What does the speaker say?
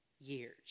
years